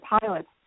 pilots